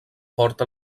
porta